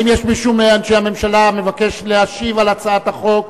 האם יש מישהו מאנשי הממשלה המבקש להשיב על הצעת החוק?